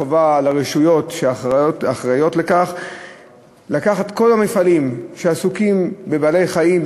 חובה על הרשויות שאחראיות לכך לקחת את כל המפעלים שעוסקים בבעלי-חיים,